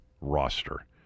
roster